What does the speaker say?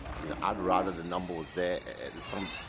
you know i'd rather the number was there,